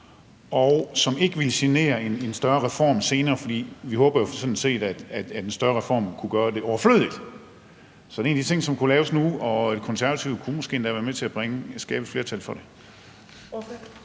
og som ikke ville genere en større reform senere. For vi håber jo sådan set, at en større reform kunne gøre det overflødigt. Så det er en af de ting, der kunne laves nu, og Konservative kunne måske endda være med til at skabe et flertal for det.